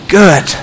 good